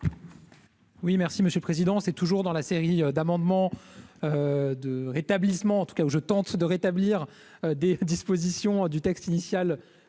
Oui, merci Monsieur le Président, c'est toujours dans la série d'amendements de rétablissement, en tout cas où je tente de rétablir des dispositions du texte initial